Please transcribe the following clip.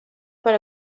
per